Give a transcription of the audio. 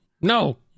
no